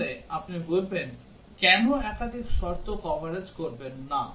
তাহলে আপনি বলবেন কেন একাধিক শর্ত কভারেজ করবেন না